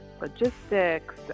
logistics